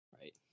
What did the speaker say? right